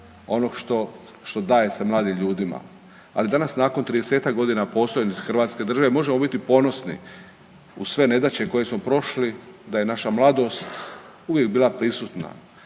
onog što se daje mladim ljudima, ali danas nakon 30-ak godina postojanja Hrvatske države možemo biti ponosni uz sve nedaće koje smo prošli da je naša mladost uvijek bila prisutna,